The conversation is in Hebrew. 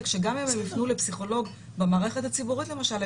כשגם אם הם יפנו לפסיכולוג במערכת הציבורית למשל,